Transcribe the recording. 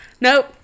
Nope